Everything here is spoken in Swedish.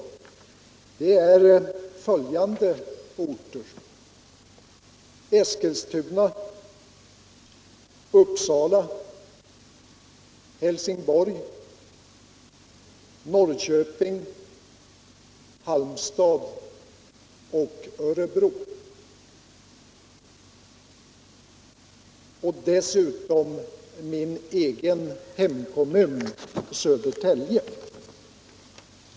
Det gäller följande orter: Eskilstuna, Uppsala, Helsingborg, Norrköping, Halmstad och Örebro och dessutom min egen hemkommun Södertälje.